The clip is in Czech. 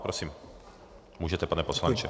Prosím, můžete, pane poslanče.